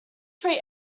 free